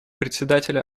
председателя